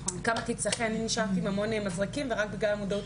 אני נשארתי עם המון מזרקים ורק בגלל המודעות